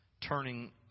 turning